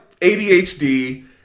ADHD